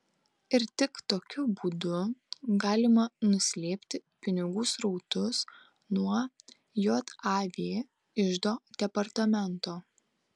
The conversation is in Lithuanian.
ir tik tokiu būdu galima nuslėpti pinigų srautus nuo jav iždo departamento